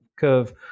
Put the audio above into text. curve